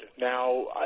Now